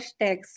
hashtags